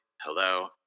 Hello